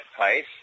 pace